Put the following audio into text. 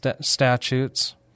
statutes